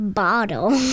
bottle